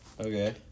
Okay